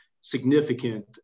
significant